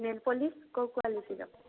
nail polish କେଉଁ କ୍ବାଲିଟିର